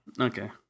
Okay